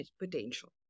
potential